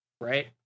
right